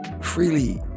freely